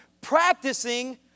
Practicing